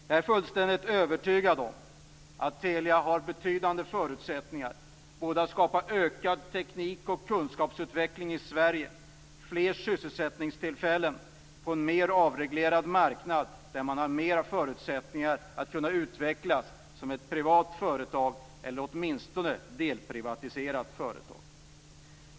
Jag är fullständigt övertygad om att Telia har betydande förutsättningar att skapa ökad teknik och kunskapsutveckling i Sverige, fler sysselsättningstillfällen på en mer avreglerad marknad, mer förutsättningar att utvecklas som ett privat, eller åtminstone delprivatiserat, företag.